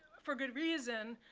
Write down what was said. for good reason,